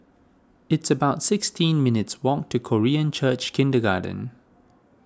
it's about sixteen minutes' walk to Korean Church Kindergarten